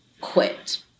quit